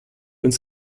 uns